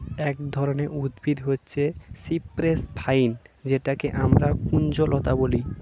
এক ধরনের উদ্ভিদ হচ্ছে সিপ্রেস ভাইন যেটাকে আমরা কুঞ্জলতা বলি